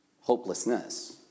hopelessness